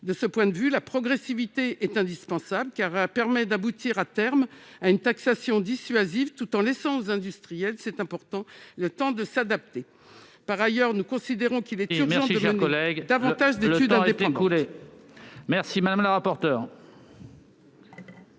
De ce point de vue, la progressivité est indispensable, car elle permet d'aboutir à terme à une taxation dissuasive, tout en laissant aux industriels, c'est important, le temps de s'adapter. Par ailleurs, nous considérons qu'il est urgent de mener ... Votre temps de parole est écoulé, ma chère